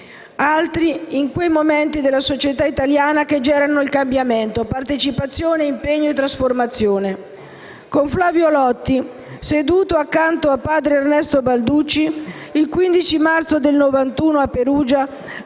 altri in quei movimenti della società italiana che generano cambiamento, partecipazione, impegno e trasformazione. Con Flavio Lotti, seduto accanto a padre Ernesto Balducci, il 15 marzo 1991 a Perugia